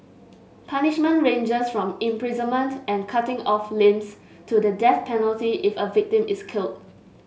punishment ranges from imprisonment and cutting off limbs to the death penalty if a victim is killed